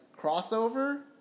crossover